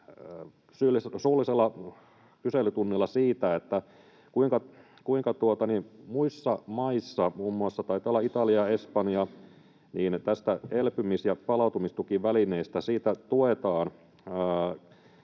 suullisella kyselytunnilla siitä, kuinka he muissa maissa — muun muassa taisi olla Italia ja Espanja — tästä elpymis- ja palautumistukivälineestä tukevat